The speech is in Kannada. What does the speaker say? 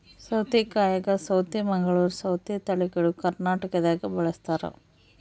ಸೌತೆಕಾಯಾಗ ಸೌತೆ ಮಂಗಳೂರ್ ಸೌತೆ ತಳಿಗಳು ಕರ್ನಾಟಕದಾಗ ಬಳಸ್ತಾರ